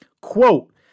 Quote